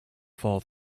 fall